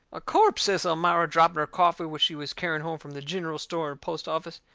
a corpse! says elmira, dropping her coffee which she was carrying home from the gineral store and post-office.